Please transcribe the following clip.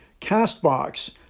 CastBox